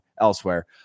elsewhere